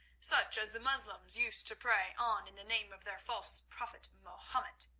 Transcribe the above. such as the moslems used to pray on in the name of their false prophet, mahomet,